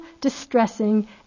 distressing